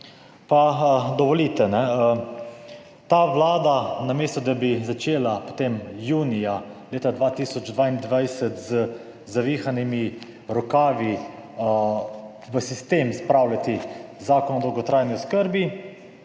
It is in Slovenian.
Pa dovolite. Ta Vlada, namesto da bi začela potem junija leta 2022 z zavihanimi rokavi v sistem spravljati Zakon o dolgotrajni oskrbi